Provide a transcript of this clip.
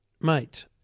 mate